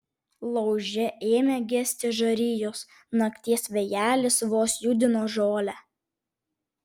lauže ėmė gesti žarijos nakties vėjelis vos judino žolę